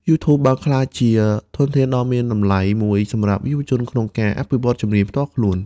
YouTube បានក្លាយជាធនធានដ៏មានតម្លៃមួយសម្រាប់យុវជនក្នុងការ អភិវឌ្ឍជំនាញផ្ទាល់ខ្លួន។